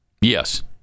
yes